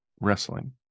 wrestling